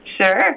Sure